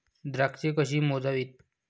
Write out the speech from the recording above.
द्राक्षे कशी मोजावीत?